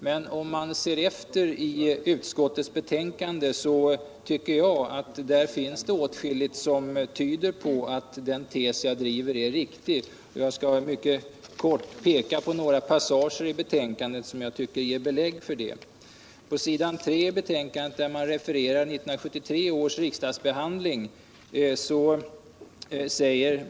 Men om man läser i utskottets betänkande finner man åtskilligt, tycker jag, som tyder på att den tes jag driver är riktig, och jag skall mycket kort peka på några passager i betänkandet som ger belägg för det. På s. 3 i betänkandet finns ett citat från utskottets skrivning vid 1973 års riksdagsbehandling av frågan.